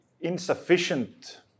insufficient